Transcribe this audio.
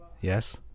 Yes